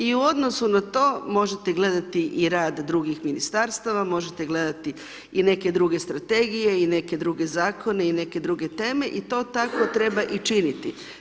I u odnosu na to možete gledati i rad drugih ministarstava, možete gledati i neke druge strategije i neke druge zakone i neke druge teme i to tako treba i činiti.